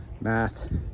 math